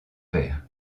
pairs